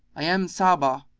i am sabbah,